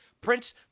Prince